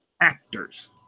actors